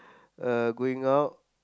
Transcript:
uh going out